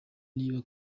niba